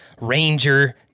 Ranger